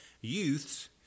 youths